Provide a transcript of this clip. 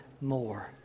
more